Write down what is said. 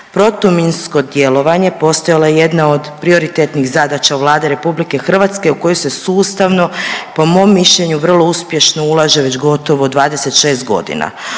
Protuminsko djelovanje postalo je jedna od prioritetnih zadaća u Vladi RH u koju se sustavni po mom mišljenju vrlo uspješno ulaže već gotovo 26 godina.